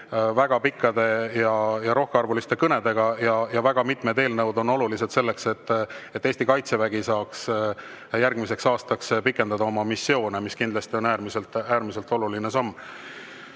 väga pikkade ja rohkearvuliste kõnedega. Väga mitmed eelnõud on olulised, selleks et Eesti Kaitsevägi saaks järgmiseks aastaks pikendada oma missioone, mis kindlasti on äärmiselt oluline samm. Head